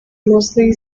mostly